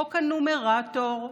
חוק הנומרטור,